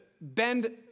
bend